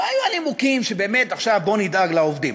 לא היו הנימוקים של: באמת עכשיו נדאג לעובדים,